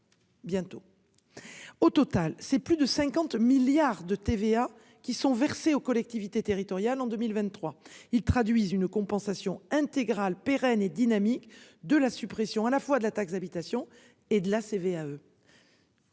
Au total, c'est plus de 50 milliards de TVA qui sont versés aux collectivités territoriales en 2023 ils traduisent une compensation intégrale pérenne et dynamique de la suppression à la fois de la taxe d'habitation et de la CVAE.